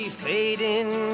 fading